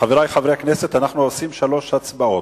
חברי חברי הכנסת, אנחנו עושים שלוש הצבעות.